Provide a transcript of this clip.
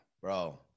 bro